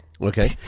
okay